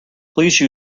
please